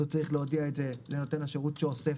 הוא צריך להודיע את זה לנותן השירות שאוסף